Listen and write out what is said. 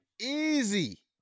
Easy